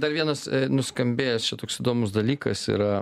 dar vienas nuskambėjęs čia toks įdomus dalykas yra